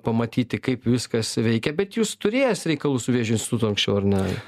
pamatyti kaip viskas veikia bet jūs turėjęs reikalų su vėžio institutu anksčiau ar ne